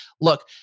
Look